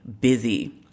busy